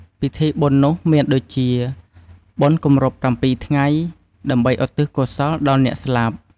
ពិធីបុណ្យនោះមានដូចជា បុណ្យគម្រប់ ៧ ថ្ងៃ ដើម្បីឧទ្ទិសកុសលដល់អ្នកស្លាប់។